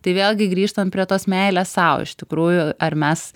tai vėlgi grįžtant prie tos meilės sau iš tikrųjų ar mes